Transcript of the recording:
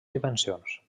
dimensions